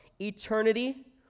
eternity